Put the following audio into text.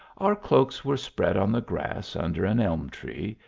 our cloaks were spread on the grass under an elm tree,